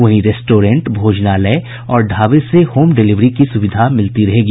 वहीं रेस्टोरेंट भोजनालय और ढाबे से होम डिलिवरी की सुविधा मिलती रहेगी